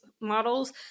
models